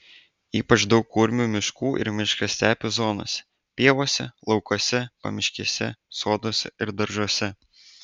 ypač daug kurmių miškų ir miškastepių zonose pievose laukuose pamiškėse soduose ir daržuose